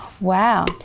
Wow